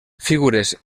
figures